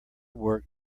work